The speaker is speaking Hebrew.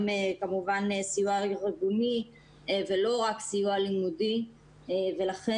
גם כמובן סיוע ארגוני ולא רק סיוע לימודי ולכן,